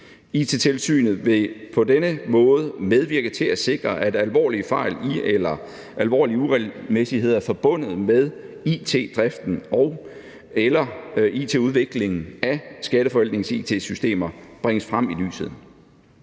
It-tilsynet vil på denne måde medvirke til at sikre, at alvorlige fejl i eller alvorlige uregelmæssigheder forbundet med it-driften og/eller it-udviklingen af Skatteforvaltningens it-systemer bringes frem i lyset.